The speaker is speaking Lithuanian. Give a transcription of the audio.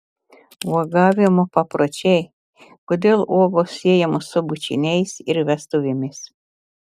uogavimo papročiai kodėl uogos siejamos su bučiniais ir vestuvėmis